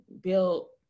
built